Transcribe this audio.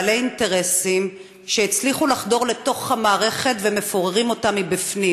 יש בעלי אינטרסים שהצליחו לחדור לתוך המערכת והם מפוררים אותה מפנים.